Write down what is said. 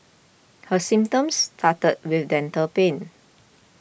her symptoms started with dental pain